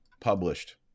published